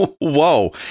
Whoa